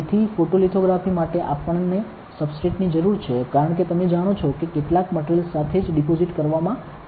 તેથી ફોટોલિથોગ્રાફી માટે આપણને સબસ્ટ્રેટ ની જરૂર છે કારણ કે તમે જાણો છો કે કેટલાક મટિરિયલ સાથે જ ડિપોસિટ કરવામાં આવે છે